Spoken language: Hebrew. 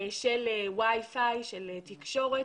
של WIFI, של תקשורת.